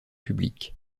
public